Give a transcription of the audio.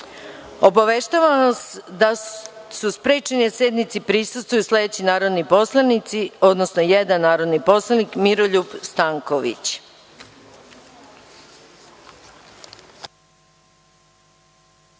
vas da su sprečeni da sednici prisustvuju sledeći narodni poslanici, odnosno jedan narodni poslanik Miroljub Stanković. Po